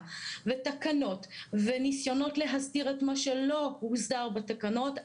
ותקנות וניסיונות להסיר את מה שלא הוסר בתקנות,